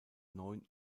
neun